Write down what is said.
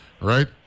right